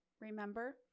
remember